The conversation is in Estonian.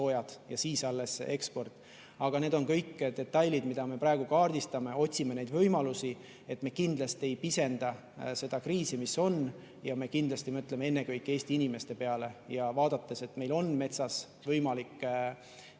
ja siis alles eksport. Aga need on kõik detailid, mida me praegu kaardistame, otsime neid võimalusi. Me kindlasti ei pisenda seda kriisi, mis on, ja me kindlasti mõtleme ennekõike Eesti inimeste peale. Ja vaadates, et meil on metsast võimalik